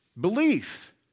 belief